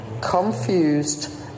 confused